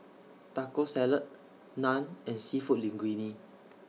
Taco Salad Naan and Seafood Linguine